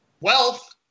wealth